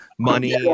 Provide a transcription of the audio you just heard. money